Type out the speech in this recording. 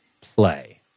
Play